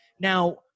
Now